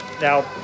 now